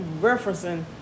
referencing